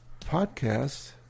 podcast